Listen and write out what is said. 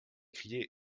crié